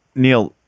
neil,